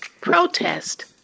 protest